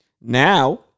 now